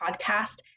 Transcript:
podcast